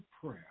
prayer